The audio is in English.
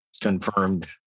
confirmed